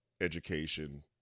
education